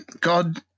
God